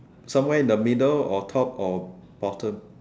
somewhere in the middle or top or bottom